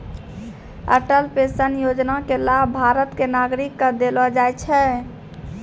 Atal pension योजना के लाभ भारत के नागरिक क देलो जाय छै